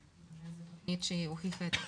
זו תכנית שהיא הוכיחה את עצמה.